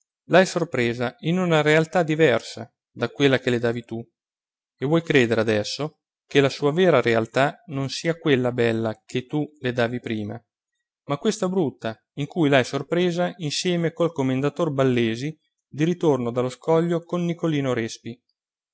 l'hai sorpresa in una realtà diversa da quella che le davi tu e vuoi credere adesso che la sua vera realtà non sia quella bella che tu le davi prima ma questa brutta in cui l'hai sorpresa insieme col commendator ballesi di ritorno dallo scoglio con nicolino